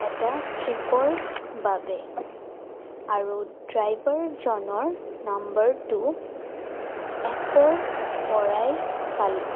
এটা ট্ৰিপৰ বাবে আৰু ড্ৰাইভাৰজনৰ নাম্বাৰটো এপৰ পৰাই পালোঁ